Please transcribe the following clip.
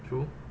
true